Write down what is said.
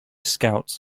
scouts